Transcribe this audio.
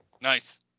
Nice